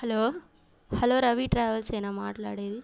hello hello Ravi ట్రావెల్సేనా మాట్లాడేది